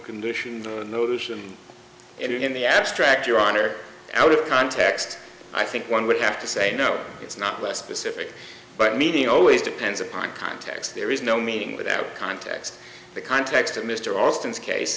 condition notion in the abstract your honor out of context i think one would have to say no it's not less specific but meaning always depends upon context there is no meaning without context the context of mr alston's case